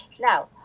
now